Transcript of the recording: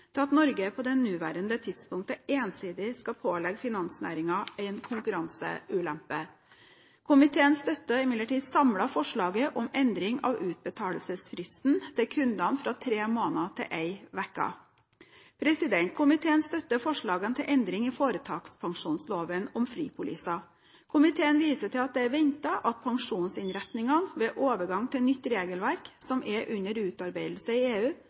til at Norge på det nåværende tidspunktet ensidig skal pålegge finansnæringen en konkurranseulempe. Komiteen støtter imidlertid samlet forslaget om endring av utbetalingsfristen til kundene, fra tre måneder til en uke. Komiteen støtter forslagene til endringer i foretakspensjonsloven om fripoliser. Komiteen viser til at det er ventet at pensjonsinnretningene ved overgang til nytt regelverk, som er under utarbeidelse i EU